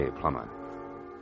plumber